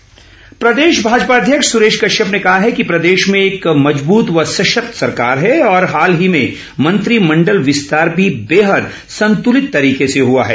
सुरेश कश्यप प्रदेश भाजपा अध्यक्ष सुरेश कश्यप ने कहा है कि प्रदेश में एक मज़बूत व सशक्त सरकार है और हाल ही में मंत्रिमण्डल विस्तार भी बेहद संतुलित तरीके से हुआ है